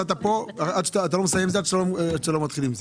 להגיד שאתה לא מתחיל עם זה עד שאתה לא מסיים עם זה.